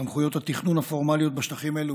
סמכויות התכנון הפורמליות בשטחים האלו